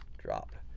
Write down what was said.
drop.